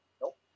Nope